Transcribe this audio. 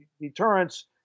deterrence